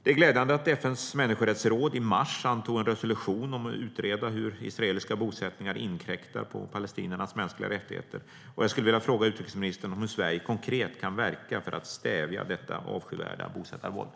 Det är glädjande att FN:s människorättsråd i mars antog en resolution om att utreda hur israeliska bosättningar inkräktar på palestiniernas mänskliga rättigheter. Jag skulle vilja fråga utrikesministern hur Sverige konkret kan verka för att stävja det avskyvärda bosättarvåldet.